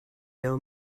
know